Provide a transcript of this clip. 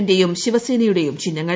ന്റെയും ശിവസേനയുടെ ചിഹ്നങ്ങൾ